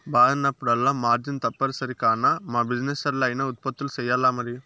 మారినప్పుడల్లా మార్జిన్ తప్పనిసరి కాన, యా బిజినెస్లా అయినా ఉత్పత్తులు సెయ్యాల్లమరి